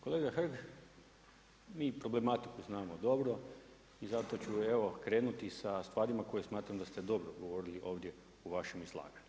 Kolega Hrg, mi problematiku znamo dobro, i zato ću evo, krenuti sa stvarima koje smatram da ste dobro govorili ovdje u vašem izlaganju.